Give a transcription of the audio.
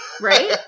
Right